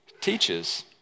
teaches